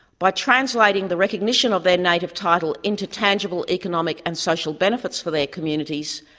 by translating the recognition of their native title into tangible economic and social benefits for their communities,